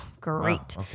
Great